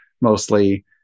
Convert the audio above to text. mostly